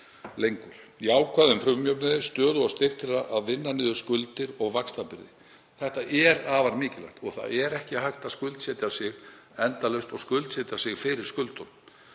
ná jákvæðum frumjöfnuði, stöðu og styrk til að vinna niður skuldir og vaxtabyrði er afar mikilvægt. Það er ekki hægt að skuldsetja sig endalaust og skuldsetja sig fyrir skuldunum.